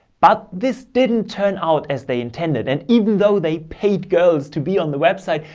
but this didn't turn out as they intended. and even though they paid girls to be on the web site,